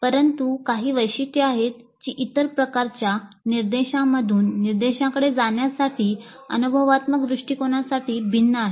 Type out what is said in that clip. परंतु काही वैशिष्ट्ये आहेत जी इतर प्रकारच्या निर्देशांमधून निर्देशांकडे जाण्यासाठी अनुभवात्मक दृष्टिकोनासाठी भिन्न आहेत